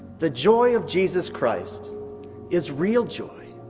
the joy of jesus christ is real joy.